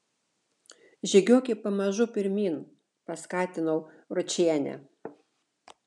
žygiuoki pamažu pirmyn paskatinau ročienę